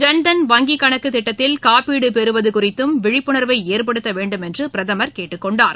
ஜன்தன் வங்கிக்கணக்குத் திட்டத்தில் காப்பீடு பெறுவது குறித்தும் விழிப்புணர்வை ஏற்படுத்த வேண்டும் என்று பிரதமர் கேட்டுக்கொண்டார்